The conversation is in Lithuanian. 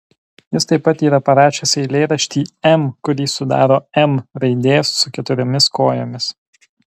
jis taip pat yra parašęs eilėraštį m kurį sudaro m raidė su keturiomis kojomis